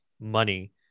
money